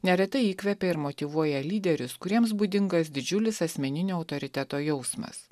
neretai įkvepia ir motyvuoja lyderius kuriems būdingas didžiulis asmeninio autoriteto jausmas